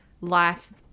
life